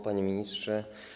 Panie Ministrze!